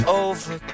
over